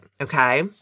okay